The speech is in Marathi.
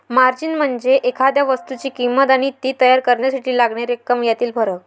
मार्जिन म्हणजे एखाद्या वस्तूची किंमत आणि ती तयार करण्यासाठी लागणारी रक्कम यातील फरक